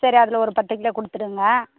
சரி அதில் ஒரு பத்து கிலோ கொடுத்துருங்க